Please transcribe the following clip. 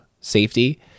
safety